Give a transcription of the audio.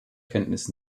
kenntnis